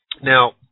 Now